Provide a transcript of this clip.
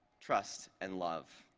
trust, and love.